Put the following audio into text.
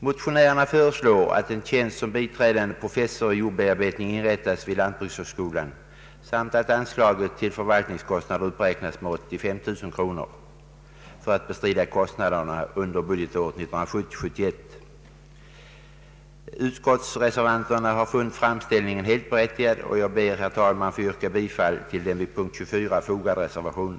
Motionärerna föreslår att en tjänst som biträdande professor i jordbearbetning inrättas vid lantbrukshögskolan samt att anslaget till förvaltningskostnader uppräknas med 85 000 kronor för att bestrida kostnaderna under budgetåret 1970/71. Utskottsreservanterna har = funnit framställningen helt berättigad. Jag ber, herr talman, att få yrka bifall till den vid punkt 24 fogade reservationen.